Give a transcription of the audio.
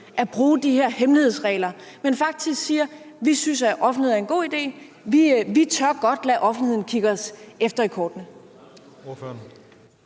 at bruge de her hemmelighedsregler, men faktisk siger: Vi synes, at offentlighed er en god idé, vi tør godt lade offentligheden kigge os i kortene?